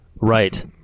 right